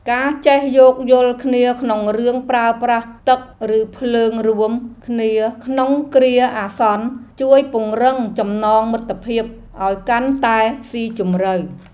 ការចេះយោគយល់គ្នាក្នុងរឿងប្រើប្រាស់ទឹកឬភ្លើងរួមគ្នាក្នុងគ្រាអាសន្នជួយពង្រឹងចំណងមិត្តភាពឱ្យកាន់តែស៊ីជម្រៅ។